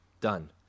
done